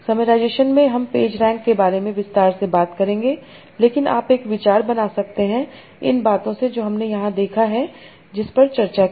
summarisation में हम page rank के बारे में विस्तार से बात करेंगे लेकिन आप एक विचार बना सकते हैं इन बातों से जो हमने यहाँ देखा और जिस पर चर्चा की